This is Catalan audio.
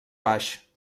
baix